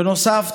בנוסף,